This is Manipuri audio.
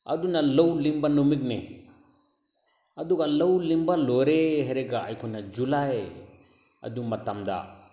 ꯑꯗꯨꯅ ꯂꯧ ꯂꯤꯡꯕ ꯅꯨꯃꯤꯠꯅꯤ ꯑꯗꯨꯒ ꯂꯧ ꯂꯤꯡꯕ ꯂꯣꯏꯔꯦ ꯍꯥꯏꯔꯒ ꯑꯩꯈꯣꯏꯅ ꯖꯨꯂꯥꯏ ꯑꯗꯨ ꯃꯇꯝꯗ